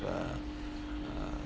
uh uh